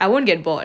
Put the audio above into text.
I won't get bored